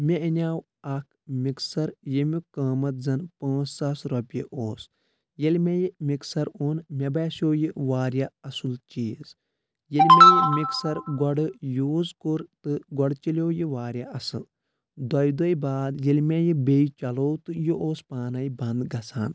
مےٚ اَنیٚو اَکھ مِکسَر ییٚمیُک قۭمَتھ زَن پانٛژھ ساس رۄپیہِ اوس ییٚلہِ مےٚ یہِ مِکسَر اوٚن مےٚ باسیٚو یہِ واریاہ اَصٕل چیٖزییٚلہِ مےٚ یہِ مِکسَر گۄڈٕ یوٗز کوٚر تہٕ گۄڈٕ چَلٮ۪یٚو یہِ واریاہ اَصٕل دۄیہِ دُہۍ باد ییٚلہِ مےٚ یہِ بیٚیہِ چَلوٚو تہٕ یہِ اوس پانَے بنٛد گژھان